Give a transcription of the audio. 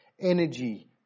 energy